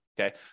Okay